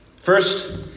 First